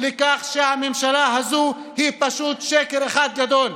לכך שהממשלה הזאת היא פשוט שקר אחד גדול,